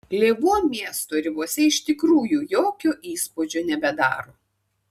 lėvuo miesto ribose iš tikrųjų jokio įspūdžio nebedaro